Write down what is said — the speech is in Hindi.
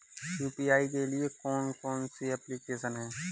यू.पी.आई के लिए कौन कौन सी एप्लिकेशन हैं?